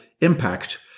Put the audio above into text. impact